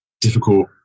difficult